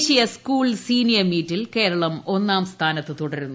ദേശീയ school senior മീറ്റിൽ കേരളം ഒന്നാം സ്ഥാനത്ത് തുടരുന്നു